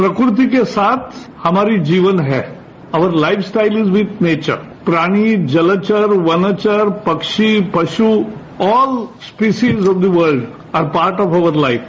प्रकृति के साथ हमारी जीवन है और our life style is with nature प्राणी जलचर वनचर पक्षी पशु all species of the world are part of our life